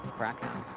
krakow.